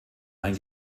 ein